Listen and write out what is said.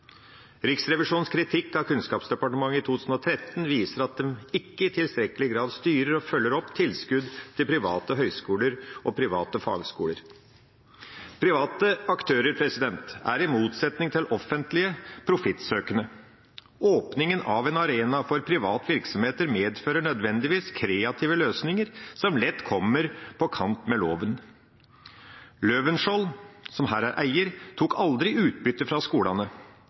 Riksrevisjonens kritikk av Kunnskapsdepartementet i 2013 viser at de ikke i tilstrekkelig grad styrer og følger opp tilskudd til private høyskoler og private fagskoler. Private aktører er, i motsetning til offentlige, profittsøkende. Åpningen av en arena for private virksomheter medfører nødvendigvis kreative løsninger som lett kommer på kant med loven. Løvenskiold, som her er eier, tok aldri utbytte fra skolene,